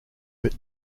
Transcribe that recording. but